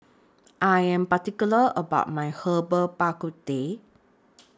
I Am particular about My Herbal Bak Ku Teh